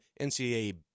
NCAA